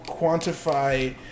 quantify